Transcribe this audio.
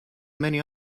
many